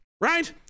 right